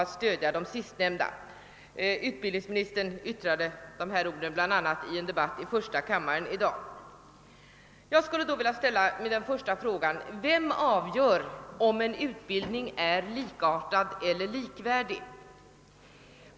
att stödja de sistnämnda — utbildningsministern ytirade dessa ord i en debatt i första kammaren i dag. Men vem avgör om en utbildning är likartad eller likvärdig?